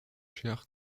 cher